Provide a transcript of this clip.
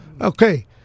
Okay